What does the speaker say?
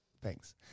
thanks